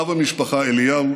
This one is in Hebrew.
אב המשפחה אליהו